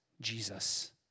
Jesus